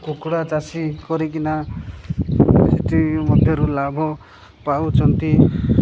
କୁକୁଡ଼ା ଚାଷୀ କରିକିନା ସେଥି ମଧ୍ୟରୁ ଲାଭ ପାଉଛନ୍ତି